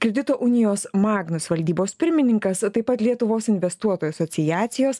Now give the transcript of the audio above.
kredito unijos magnus valdybos pirmininkas taip pat lietuvos investuotojų asociacijos